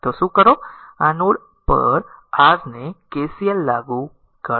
તો શું કરો આ નોડ પર r ને KCL લાગુ કરો